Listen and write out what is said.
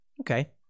Okay